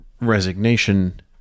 resignation